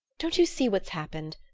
don't you see what's happened?